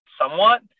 somewhat